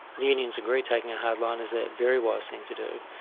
unions agree taking a hard line is a very wise thing to do.